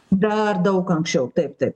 dar daug anksčiau taip taip